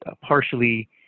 partially